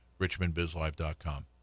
richmondbizlive.com